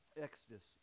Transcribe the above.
Exodus